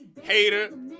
Hater